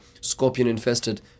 scorpion-infested